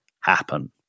happen